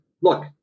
look